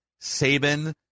Saban